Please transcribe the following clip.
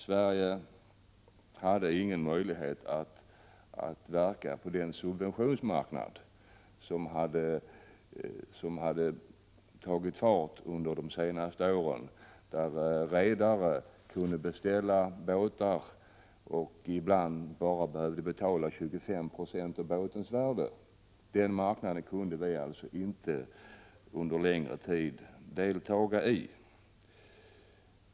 Sverige hade ingen möjlighet att verka på den subventionsmarknad som hade tagit fart och där redare ibland bara behövde betala 25 96 av fartygens värde. Den marknaden kunde vi inte under längre tid delta i.